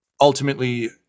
ultimately